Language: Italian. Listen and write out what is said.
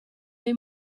dei